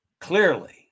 clearly